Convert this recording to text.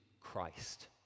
Christ